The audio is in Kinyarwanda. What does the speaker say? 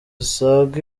zisaga